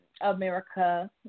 America